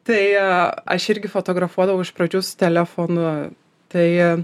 tai aš irgi fotografuodavau iš pradžių su telefonu tai